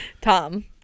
tom